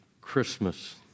Christmas